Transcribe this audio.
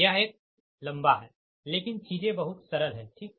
यह एक लंबा है लेकिन चीजें बहुत सरल है ठीक है